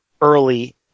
early